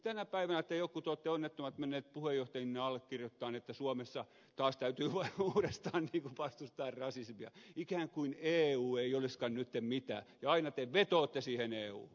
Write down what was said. tänä päivänä te jotkut onnettomat olette menneet puheenjohtajinenne allekirjoittamaan että suomessa taas täytyy uudestaan vastustaa rasismia ikään kuin eu ei olisikaan nyt mitään ja aina te vetoatte siihen euhun